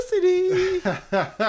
electricity